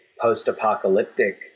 post-apocalyptic